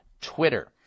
Twitter